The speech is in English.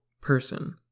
person